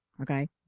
Okay